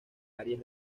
áreas